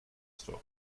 store